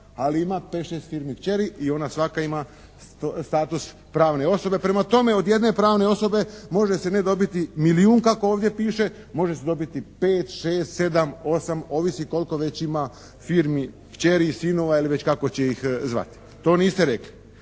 ali ima 5, 6 firmi kćeri i ona svaka ima status pravne osobe. Prema tome, od jedne pravne osobe može se ne dobiti milijun kako ovdje piše, može se dobiti 5,6,7,8 ovisi koliko već ima firmi, kćeri ili sinova ili već kako će ih zvati. Zašto,